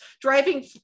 driving